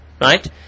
right